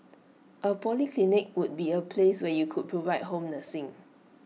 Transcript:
A polyclinic could be A place where you could provide home nursing